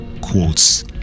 quotes